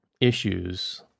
issues